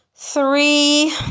Three